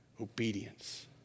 obedience